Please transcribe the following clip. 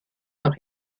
noch